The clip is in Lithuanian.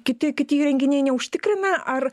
kiti kiti įrenginiai neužtikrina ar